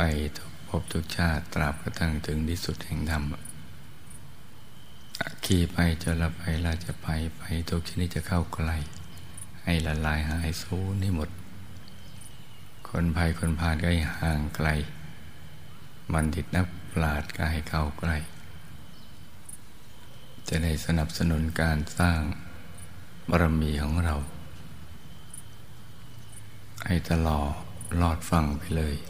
ไปทุกภพทุกชาติ ตราบกระทั่งถึงที่สุดแห่งธรรม อ่ะ อ่ะขี่ไปจะละไปราชภัยไปทุกชนิดจะเข้าใกล้ ให้ละลายหายสูญให้หมด คนภัยคนพาลก็ให้ห่างไกล บัณฑิตนักปราชญ์ก็ให้เข้าใกล้ จะได้สนับสนุนการสร้างบารมีของเรา ให้ตลอดลอดฟังไปเลย